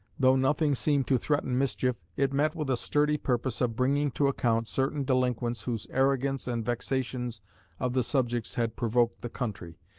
though nothing seemed to threaten mischief, it met with a sturdy purpose of bringing to account certain delinquents whose arrogance and vexations of the subjects had provoked the country,